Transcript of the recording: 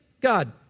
God